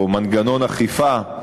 או מנגנון אכיפה,